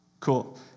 cool